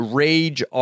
rage